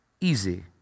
easy